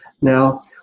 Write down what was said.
Now